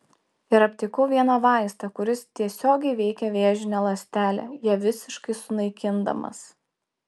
ir aptikau vieną vaistą kuris tiesiogiai veikia vėžinę ląstelę ją visiškai sunaikindamas